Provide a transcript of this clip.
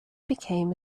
became